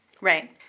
Right